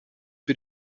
für